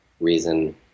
reason